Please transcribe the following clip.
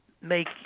make